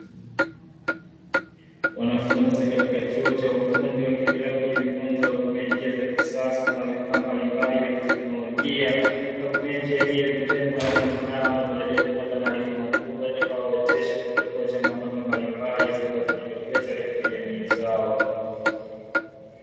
Wanafunzi katika chuo cha ufundi wakiendelea kujifunza kwa kutumia njia za kisasa na vifaa mbalimbali vya kiteknolojia kwa kutumia njia hii ya vitendo; wanafunzi hawa wanatarajia kupata maarifa makubwa yatakayo wawezesha kutatua changamoto mbalimbali zitakazojitokeza katika jamii zao.